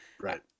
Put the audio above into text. right